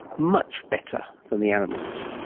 much better than the animals,